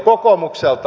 kysyn kokoomukselta